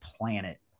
planet